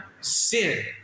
sin